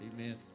Amen